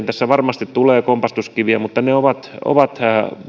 tässä varmasti tulee kompastuskiviä mutta ne ovat ovat